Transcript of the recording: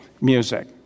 music